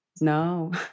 No